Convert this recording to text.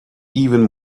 even